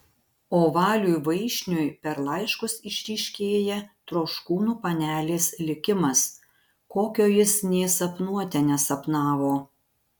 o valiui vaišniui per laiškus išryškėja troškūnų panelės likimas kokio jis nė sapnuote nesapnavo